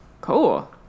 cool